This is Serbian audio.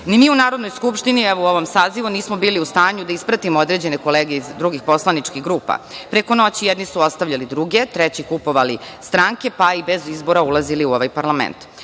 Ni mi u Narodnoj skupštini, u ovom sazivu, nismo bili u stanju da ispratimo određene kolege iz drugih poslaničkih grupa. Preko noći jedni su ostavljali druge, treći kupovali stranke, pa i bez izbora ulazili u ovaj parlament.